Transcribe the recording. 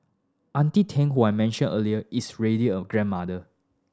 Auntie Tang who I mentioned earlier is ready a grandmother